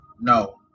no